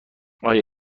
آیا